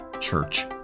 Church